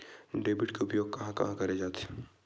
Debit के उपयोग कहां कहा करे जाथे?